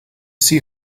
see